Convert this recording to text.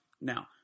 Now